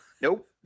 Nope